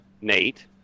Nate